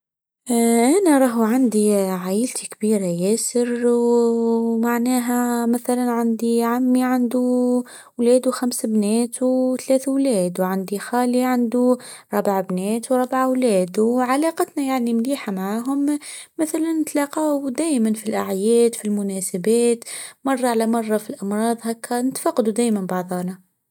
انا راهو عندي عائلتي كبيره ياسر ومعناها مثلا عندي عمي عنده وليده خمس بنات وثلاث اولاد وعندي خالي عنده ربع بنات وربع اولاد وعلاقتنا يعني منيحه معاهم مثلا نتلاقاو دائما في الاعياد في المناسبات مره علي مره في الامراض هكا نتفقدوا ديما بعضنا